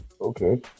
Okay